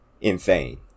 insane